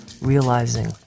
Realizing